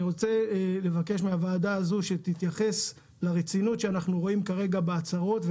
אני רוצה לבקש מהוועדה הזו שתתייחס לרצינות שאנחנו רואים כרגע בהצהרות,